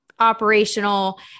operational